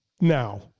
now